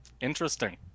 interesting